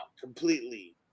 completely